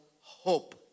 hope